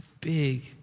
big